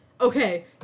Okay